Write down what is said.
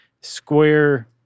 square